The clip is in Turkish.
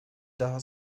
daha